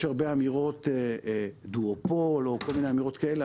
יש הרבה אמירות, דואופול, או כל מיני אמירות כאלה.